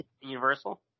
Universal